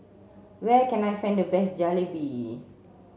where can I find the best Jalebi